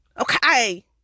Okay